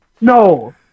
No